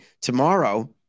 Tomorrow